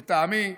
לטעמי,